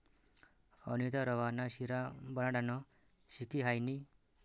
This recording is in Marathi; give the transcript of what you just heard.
अनीता रवा ना शिरा बनाडानं शिकी हायनी